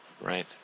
Right